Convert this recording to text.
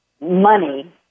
money